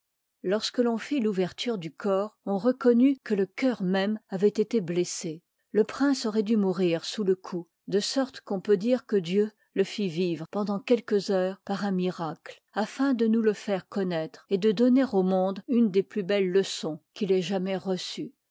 xiorsqueron fit l'ouverture dii corps on reconnut que le cœur même avoit été blessé le prince auroit dû mourir sous le coup de sorte qu'on peut dire que dieu le fit vivre pendant quelques heures par un miraciê afin de nous le faire connoître et de donner au monde une des plus belles kçons qu'il ait jamais reçue